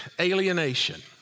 alienation